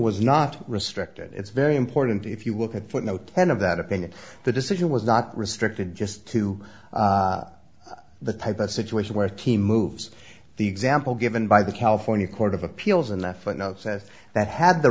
was not restricted it's very important if you look at footnote ten of that opinion the decision was not restricted just to the type of situation where a team moves the example given by the california court of appeals and left a note says that had the